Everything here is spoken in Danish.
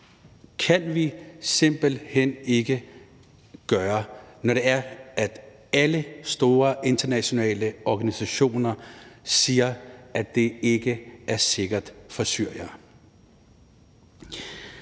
kan vi simpelt hen ikke gøre, når det er, at alle store internationale organisationer siger, at det ikke er sikkert for syrere.